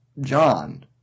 John